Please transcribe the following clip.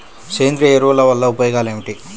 సేంద్రీయ ఎరువుల వల్ల ఉపయోగమేమిటీ?